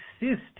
exist